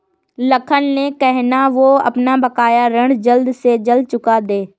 लखन से कहना, वो अपना बकाया ऋण जल्द से जल्द चुका दे